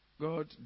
God